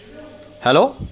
hello